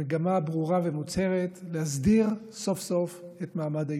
במגמה ברורה ומוצהרת להסדיר סוף-סוף את מעמד היישובים.